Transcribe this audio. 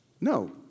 No